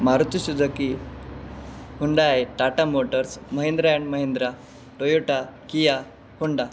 मारुती श Suzuki Hyundai Tata motors Mahindra and Mahindra Toyota Kia Honda